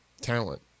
talent